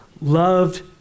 loved